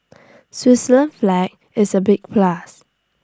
Switzerland flag is A big plus